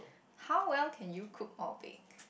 how well can you cook or bake